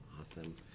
Awesome